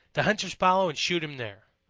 the hunters follow and shoot him there.